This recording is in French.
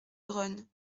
grosne